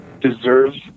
deserves